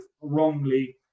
wrongly